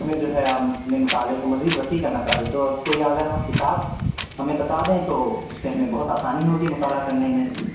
اس میں جو ہے ہم اپنے مطالعے کو مزید وسیع کرنا چاہتے ہیں تو کوئی اگر آپ کتاب ہمیں بتا دیں تو اس سے ہمیں بہت آسانی ہوگی مطالعہ کرنے میں